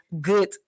good